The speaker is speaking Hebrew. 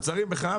לגבי מוצרים בכלל.